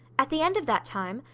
at the end of that time,